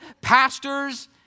pastors